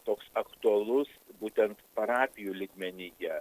toks aktualus būtent parapijų lygmenyje